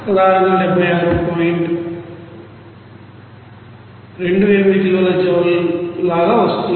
28 కిలోల జౌల్ లాగా వస్తోంది